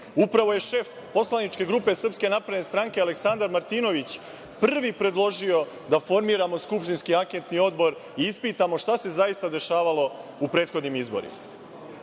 Upravo je šef poslaničke grupe SNS Aleksandar Martinović prvi predložio da formiramo skupštinski anketni odbor i ispitamo šta se zaista dešavalo u prethodnim izborima.Zašto